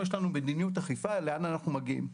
יש לנו מדיניות אכיפה לאן אנחנו מגיעים.